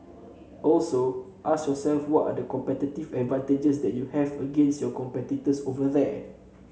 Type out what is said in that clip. also ask yourself what are the competitive advantages that you have against your competitors over there